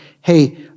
hey